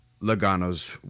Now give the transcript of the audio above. Logano's